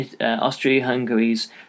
Austria-Hungary's